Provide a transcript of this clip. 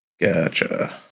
Gotcha